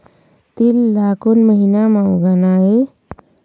तील ला कोन महीना म उगाना ये?